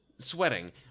sweating